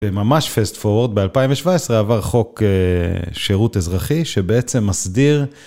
ממש פאסט-פורוורד, ב-2017 עבר חוק שירות אזרחי, שבעצם מסדיר...